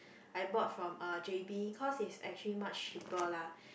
I bought from uh j_b cause it's actually much cheaper lah